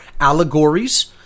allegories